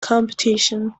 competition